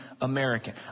american